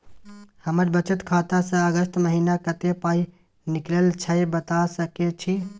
हमर बचत खाता स अगस्त महीना कत्ते पाई निकलल छै बता सके छि?